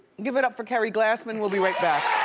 give it up for keri glassman, we'll be right back.